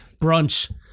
brunch